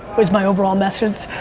was my overall message.